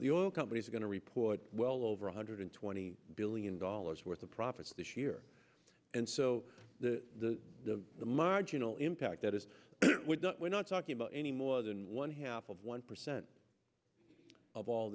the oil companies are going to report well over one hundred twenty billion dollars worth of profits this year and so the the the marginal impact that is we're not talking about any more than one half of one percent of all